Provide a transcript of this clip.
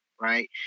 right